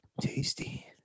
Tasty